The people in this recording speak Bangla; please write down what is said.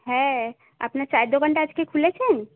হ্যাঁ আপনার চায়ের দোকানটা আজকে খুলেছেন